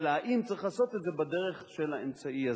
אלא אם צריך לעשות את זה בדרך של האמצעי הזה.